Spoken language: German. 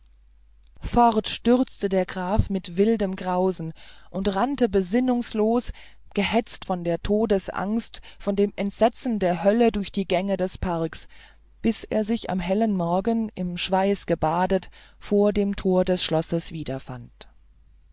fort stürzte der graf in wildem grausen und rannte besinnungslos gehetzt von der todesangst von dem entsetzen der hölle durch die gänge des parks bis er sich am hellen morgen im schweiß gebadet vor dem tor des schlosses wiederfand